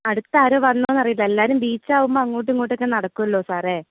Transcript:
അടുത്ത് ആരോ വന്നൊ എന്നറിയില്ല എല്ലാവരും ബീച്ച് ആവുമ്പോൾ അങ്ങോട്ടും ഇങ്ങോട്ടും ഒക്കെ നടക്കുമല്ലോ സാറേ